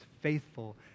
faithful